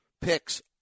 picks